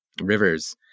rivers